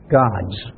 gods